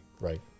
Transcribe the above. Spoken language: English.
right